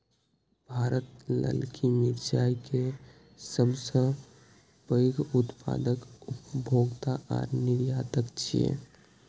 भारत ललकी मिरचाय के सबसं पैघ उत्पादक, उपभोक्ता आ निर्यातक छियै